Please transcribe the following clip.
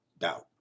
doubt